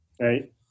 right